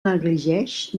negligeix